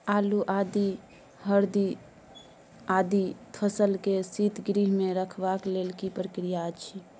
आलू, आदि, हरदी आदि फसल के शीतगृह मे रखबाक लेल की प्रक्रिया अछि?